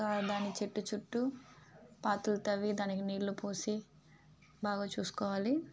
ఇంకా దాని చెట్టు చుట్టూ పాతులు తవ్వి దానికి నీళ్లు పోసి బాగా చూసుకోవాలి